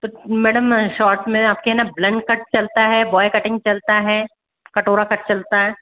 तो madam short में आपके ना ब्लंड कट चलता है बॉय कटिंग चलता है कटोरा कट चलता है